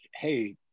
hey